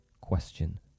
Question